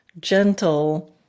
gentle